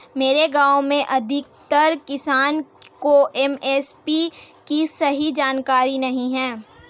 मेरे गांव में अधिकतर किसान को एम.एस.पी की सही जानकारी नहीं है